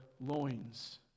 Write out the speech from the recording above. loins